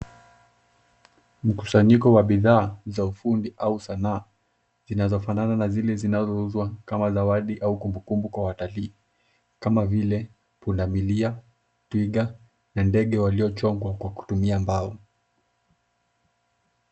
Mkusanyiko wa bidhaa za ufundi au sanaa zinazofanana na zile zinazouzwa kama zawadi au kumbukumbu kwa wataali kama vile punda milia, twiga na ndege waliochongwa kwa kutumia mbao.